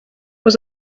was